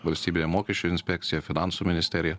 valstybinė mokesčių inspekcija finansų ministerija